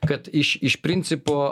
kad iš iš principo